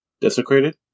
Desecrated